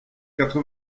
quatre